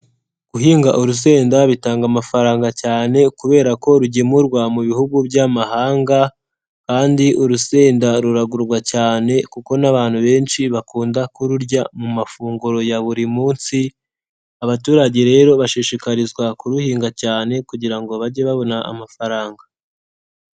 Guhinga urusenda bitanga amafaranga cyane kubera ko rugemurwa mu bihugu by'amahanga kandi urusenda ruragurwa cyane kuko n'abantu benshi bakunda kururya mu mafunguro ya buri munsi, Abaturage rero bashishikarizwa kuruhinga cyane kugira ngo bajye babona amafaranga.